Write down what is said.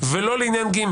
ולא לעניין ג'.